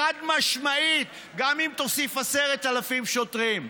חד-משמעית, גם אם תוסיף 10,000 שוטרים.